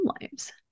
lives